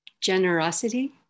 Generosity